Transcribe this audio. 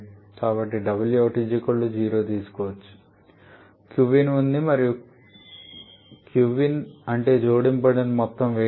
కాబట్టి wout 0 తీసుకోవచ్చు qin ఉంది మరియు qin అంటే జోడించబడిన మొత్తం వేడి